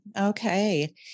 Okay